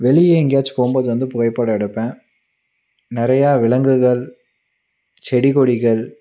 வெளியே எங்கயாச்சு போகும்போது வந்து புகைப்படம் எடுப்பேன் நிறையா விலங்குகள் செடி கொடிகள்